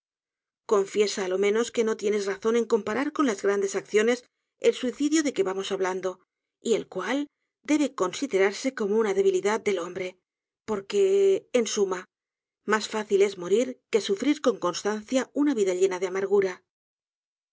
confiesa á lo menos que no tienes razón en comparar con las grandes acciones el suicidio de que vamos hablando y el cual debe considerarse como una debilidad del hombre porque en suma mas fácil es morir que sufrir con constancia una vida llena de amargura